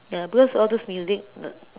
ya because all those music uh